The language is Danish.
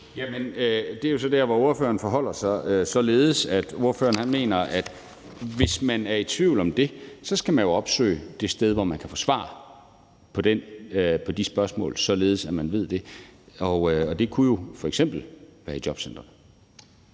Det er jo så der, hvor ordføreren forholder sig således, at ordføreren mener, at man, hvis man er i tvivl om det, jo så skal opsøge det sted, hvor man kan få svar på de spørgsmål, således at man ved det. Og det kunne jo f.eks. være i jobcenteret.